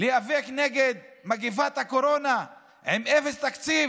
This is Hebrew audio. להיאבק נגד מגפת הקורונה עם אפס תקציב?